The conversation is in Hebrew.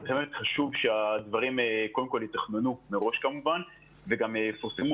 ולכן חשוב שהדברים יתוכננו מראש ויפורסמו